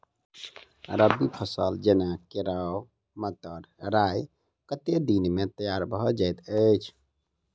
रबी फसल जेना केराव, मटर, राय कतेक दिन मे तैयार भँ जाइत अछि?